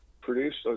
produced